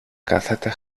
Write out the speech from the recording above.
κάθεται